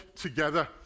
together